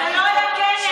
זה לא היה כנס,